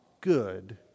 good